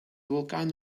volcano